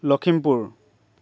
Lakhimpur